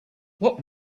what